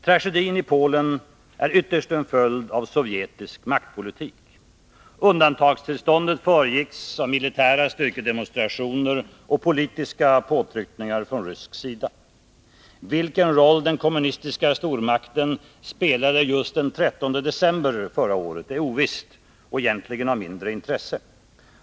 Tragedin i Polen är ytterst en följd av sovjetisk maktpolitik. Undantagstillståndet föregicks av militära styrkedemonstrationer och politiska påtryckningar från rysk sida. Vilken roll den kommunistiska stormakten spelade just den 13 december är ovisst och egentligen av mindre intresse.